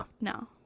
No